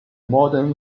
modern